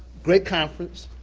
great conference,